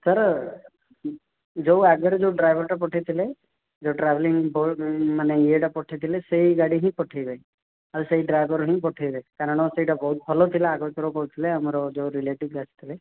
sir ଯେଉଁ ଆଗରେ ଯେଉଁ ଡ୍ରାଇଭରଟା ପଠାଇଥିଲେ ଯେଉଁ ଟ୍ରାଭେଲିଂ ମାନେ ଇଏଟା ପଠାଇଥିଲେ ସେ ଗାଡ଼ି ହିଁ ପଠେଇବେ ଆଉ ସେ ଡ୍ରାଇଭର୍ ହିଁ ପଠାଇବେ କାରଣ ସେଇଟା ବହୁତ ଭଲ ଥିଲା ଆଗ ଥିଲେ ଆମର ଯେଉଁ ରିଲେଟିଭ୍ ଥିଲେ